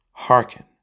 hearken